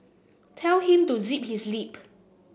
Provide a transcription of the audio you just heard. tell him to zip his lip